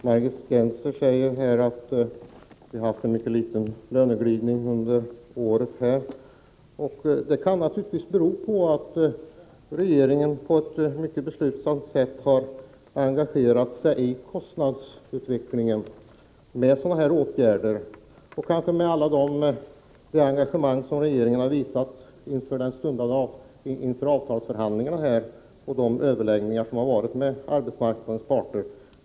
Herr talman! Margit Gennser säger att vi har haft en mycket liten löneglidning under året. Det kan naturligtvis bero på att regeringen på ett beslutsamt sätt har engagerat sig i kostnadsutvecklingen med sådana här åtgärder, och kanske hänger det ihop med det engagemang som regeringen har visat inför avtalsförhandlingarna genom de överläggningar som har hållits med arbetsmarknadens parter.